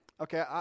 Okay